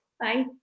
Bye